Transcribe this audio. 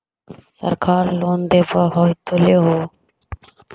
सरकार लोन दे हबै तो ले हो?